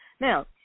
Now